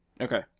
Okay